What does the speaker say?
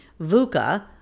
vuca